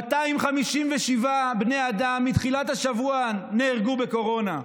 257 בני אדם, מתחילת השבוע, נהרגו בקורונה.